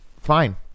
Fine